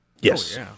Yes